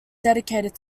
dedicated